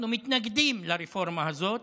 אנחנו מתנגדים לרפורמה הזאת,